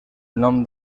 nom